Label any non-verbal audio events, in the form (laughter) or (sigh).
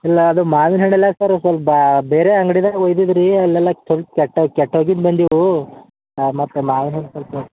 ಇಲ್ಲ ಅದು ಮಾವಿನ ಹಣ್ಣೆಲ್ಲ ಸರ್ ಸ್ವಲ್ಬ ಬೇರೆ ಅಂಗ್ಡಿನಾಗೆ ಒಯ್ದಿದ್ರಿ ಅಲ್ಲೆಲ್ಲ (unintelligible) ಕೆಟ್ಟ ಕೆಟ್ಟು ಹೋಗಿದ್ದು ಬಂದೀವು ಹಾಂ ಮತ್ತೆ ಮಾವಿನ ಹಣ್ಣು ಸ್ವಲ್ಪ